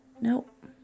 Nope